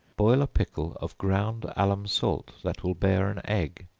boil a pickle of ground alum salt, that will bear an egg,